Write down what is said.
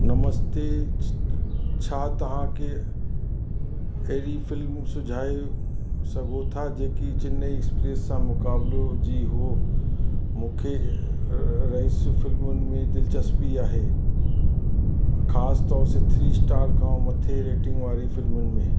नमस्ते छ छा तव्हां के अहिड़ी फ़िल्मूं सुझाए सघो था जेकी चन्नई एक्सप्रेस सां मुक़ाबिलो जी हो मूंखे रहस्य फ़िल्मुनि में दिलिचस्पी आहे ख़ासतौर से थ्री स्टार खां मथे रेटिंग वारी फ़िल्मुनि में